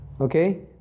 Okay